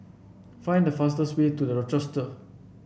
find the fastest way to The Rochester